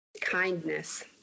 Kindness